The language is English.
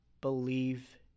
believe